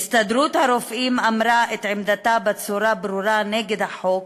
ההסתדרות הרפואית אמרה את עמדתה בצורה ברורה נגד החוק,